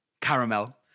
Caramel